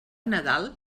nadal